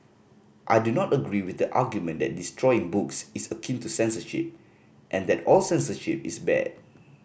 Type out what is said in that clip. I do not agree with the argument that destroying books is akin to censorship and that all censorship is bad